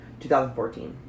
2014